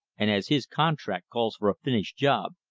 and as his contract calls for a finished job,